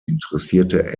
interessierte